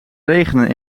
regenen